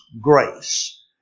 grace